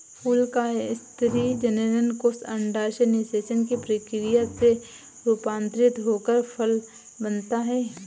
फूल का स्त्री जननकोष अंडाशय निषेचन की प्रक्रिया से रूपान्तरित होकर फल बनता है